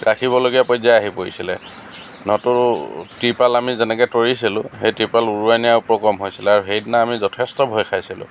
ৰাখিবলগীয়া পৰ্য্যায় আহি পৰিছিলে নতু ত্ৰিপাল আমি যেনেকৈ তৰিছিলোঁ সেই ত্ৰিপাল উৰুৱাই নিয়া উপক্ৰম হৈছিলে আৰু সেইদিনা আমি যথেষ্ট ভয় খাইছিলোঁ